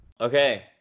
Okay